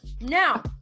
Now